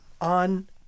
On